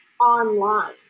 online